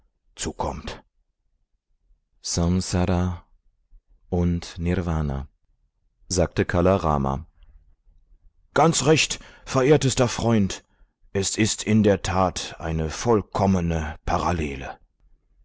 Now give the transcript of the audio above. zukommt samsara und nirvana sagte kala rama ganz recht verehrtester freund es ist in der tat eine vollkommene parallele